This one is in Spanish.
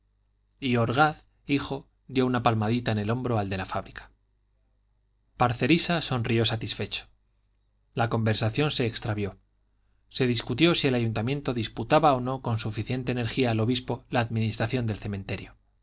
y orgaz hijo dio una palmadita en el hombro al de la fábrica parcerisa sonrió satisfecho la conversación se extravió se discutió si el ayuntamiento disputaba o no con suficiente energía al obispo la administración del cementerio